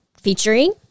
featuring